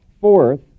Fourth